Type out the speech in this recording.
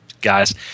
guys